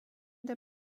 der